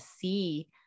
see